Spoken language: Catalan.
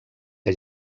que